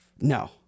No